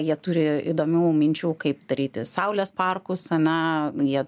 jie turi įdomių minčių kaip daryti saulės parkus ane jie